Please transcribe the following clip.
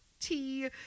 Tea